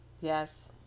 yes